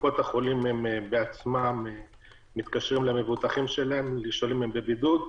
קופות-החולים בעצמן מתקשרות למבוטחים שלהם לשאול האם הם בבידוד.